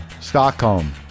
Stockholm